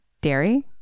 Dairy